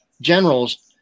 generals